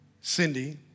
Cindy